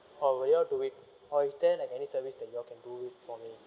or will I have to wait or is there like any service that you all can do it for me